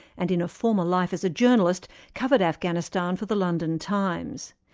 and in a former life as a journalist, covered afghanistan for the london times.